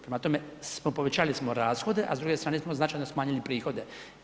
Prema tome, povećali smo rashode a s druge strane smo značajno smanjili prihode.